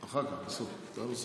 אחר כך, בסוף, דעה נוספת.